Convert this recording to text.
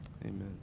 Amen